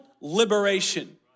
liberation